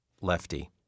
Lefty